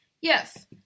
Yes